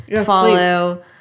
follow